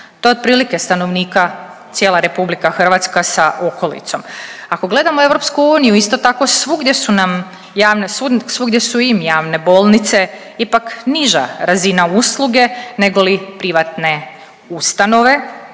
To je otprilike stanovnika cijela Republika Hrvatska sa okolicom. Ako gledamo EU isto tako svugdje su im javne bolnice. Ipak niža razina usluge negoli privatne ustanove.